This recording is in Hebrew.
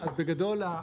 אז בגדול,